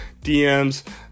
DMs